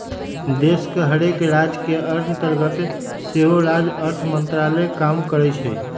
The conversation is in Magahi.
देश के हरेक राज के अंतर्गत सेहो राज्य अर्थ मंत्रालय काम करइ छै